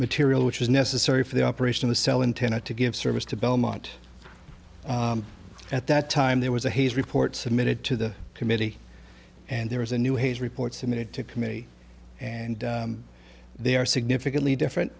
material which was necessary for the operation of the cell intended to give service to belmont at that time there was a haze report submitted to the committee and there was a new hayes report submitted to committee and they are significantly different